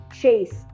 chase